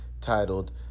titled